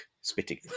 spitting